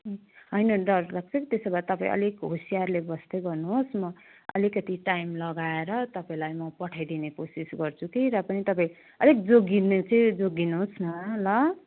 होइन डर लाग्छ त्यसो भए तपाईँ अलिक होसियारले बस्दै गर्नुहोस् म अलिकति टाइम लगाएर तपाईँलाई म पठाइदिने कोसिस गर्छु कि र पनि तपाईँ अलिक जोगिनु चाहिँ जोगिनुहोस् न ल